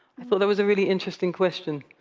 i thought that was a really interesting question.